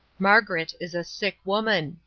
margaret is a sick woman,